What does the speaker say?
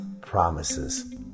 promises